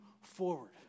forward